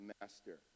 master